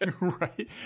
right